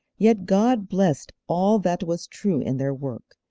yet god blessed all that was true in their work,